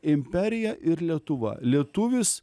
imperija ir lietuva lietuvis